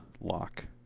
lock